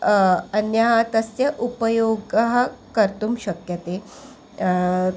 अन्याः तस्य उपयोगः कर्तुं शक्यते